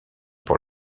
pour